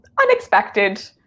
unexpected